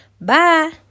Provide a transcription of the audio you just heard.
Bye